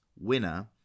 winner